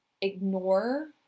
ignore